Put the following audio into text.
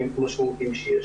ושוב פה אני רוצה לציין,